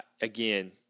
again